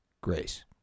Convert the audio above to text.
grace